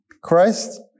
Christ